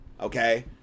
Okay